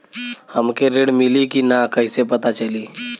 हमके ऋण मिली कि ना कैसे पता चली?